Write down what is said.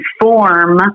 form